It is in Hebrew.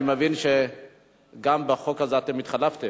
אני מבין שגם בחוק הזה אתם התחלפתם.